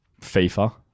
FIFA